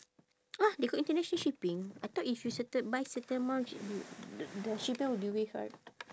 !huh! they got international shipping I thought if you certain buy certain amount you the the shipping will be waived right